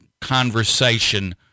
conversation